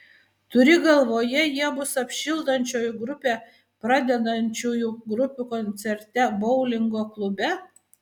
turi galvoje jie bus apšildančioji grupė pradedančiųjų grupių koncerte boulingo klube